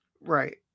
Right